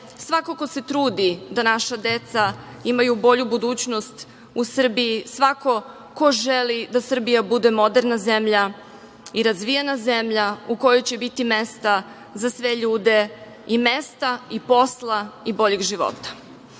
svako ko se trudi da naša deca imaju bolju budućnost u Srbiji, svako ko želi da Srbija bude moderna i razvijena zemlja u kojoj će biti mesta za sve ljude. I mesta i posla i boljeg života. Ali,